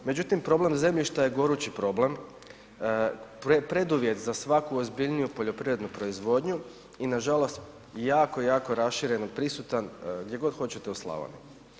Međutim problem zemljišta je gorući problem, preduvjet za svaku ozbiljniju poljoprivrednu proizvodnju i nažalost jako, jako rašireno prisutan gdje god hoćete u Slavoniji.